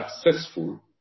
successful